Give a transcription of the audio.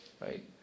Right